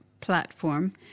platform